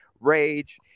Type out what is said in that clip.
rage